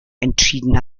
entschieden